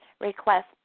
request